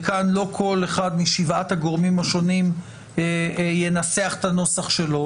וכאן לא כל אחד משבעת הגורמים השונים ינסח את הנוסח שלו.